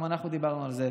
גם אנחנו דיברנו על זה,